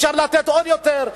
אפשר לתת עוד יותר,